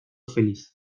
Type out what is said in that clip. feliz